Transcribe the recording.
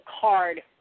card